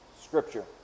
Scripture